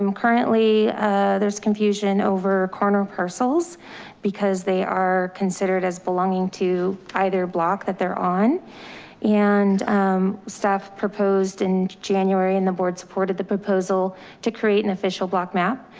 um currently there's confusion over corner parcels because they are considered as belonging to either block that they're on and stuff proposed in january and the board supported the proposal to create an official block map,